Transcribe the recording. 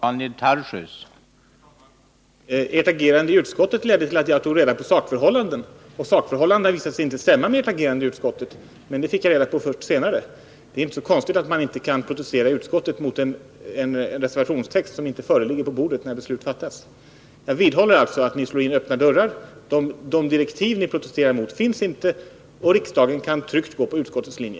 Herr talman! Ert agerande i utskottet ledde till att jag tog reda på sakförhållandena, och sakförhållandena tycks inte stämma med ert agerande i utskottet. Men det fick jag reda på först senare. Det är inte så konstigt att man inte kan protestera i utskottet mot en reservationstext som inte föreligger när beslut fattas. Jag vidhåller alltså att ni slår in öppna dörrar. De direktiv ni protesterar mot finns inte. Riksdagen kan tryggt gå på utskottets linje.